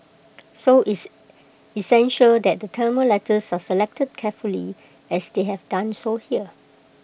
so it's it's essential that the Tamil letters are selected carefully as they have done so here